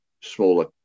smaller